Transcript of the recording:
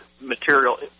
material